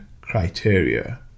criteria